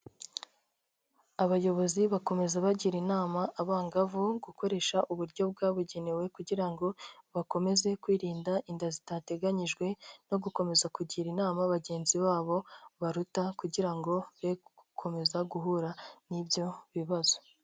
Abayobozi bakomeza bagira inama abangavu, gukoresha uburyo bwabugenewe kugira ngo bakomeze kwirinda inda zitateganyijwe no gukomeza kugira inama bagenzi babo baruta kugira ngo be gukomeza guhura n'ibyo bibazo.